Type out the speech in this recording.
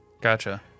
gotcha